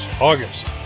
August